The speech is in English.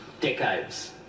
decades